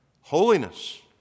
holiness